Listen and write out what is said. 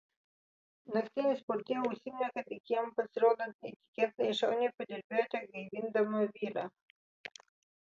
naktinis portjė užsiminė kad iki jam pasirodant neįtikėtinai šauniai padirbėjote gaivindama vyrą